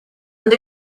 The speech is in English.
and